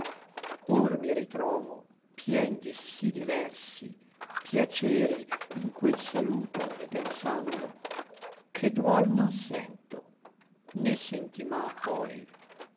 or mi ritrovo pien di sí diversi piaceri in quel saluto ripensando che duol non sento né sentí ma poi